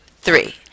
three